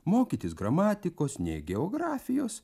mokytis gramatikos nė geografijos